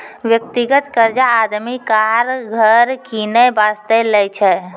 व्यक्तिगत कर्जा आदमी कार, घर किनै बासतें लै छै